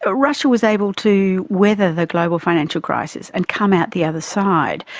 ah russia was able to weather the global financial crisis and come out the other side.